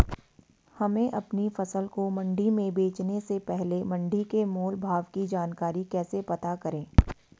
हमें अपनी फसल को मंडी में बेचने से पहले मंडी के मोल भाव की जानकारी कैसे पता करें?